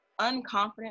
unconfident